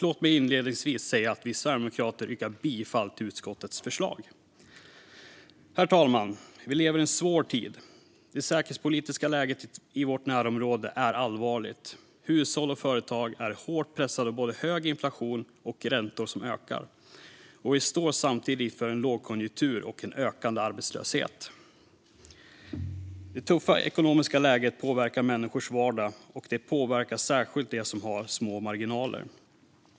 Låt mig inledningsvis säga att vi sverigedemokrater yrkar bifall till utskottets förslag. Herr talman! Vi lever i en svår tid. Det säkerhetspolitiska läget i vårt närområde är allvarligt. Hushåll och företag är hårt pressade av både hög inflation och räntor som ökar. Vi står samtidigt inför en lågkonjunktur och en ökande arbetslöshet. Det tuffa ekonomiska läget påverkar människors vardag, och det påverkar särskilt dem som har små marginaler.